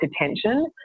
attention